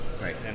right